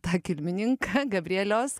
tą kilmininką gabrielius